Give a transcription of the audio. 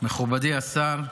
מכובדי השר,